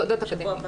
במוסדות אקדמיים.